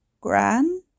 Gran